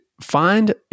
find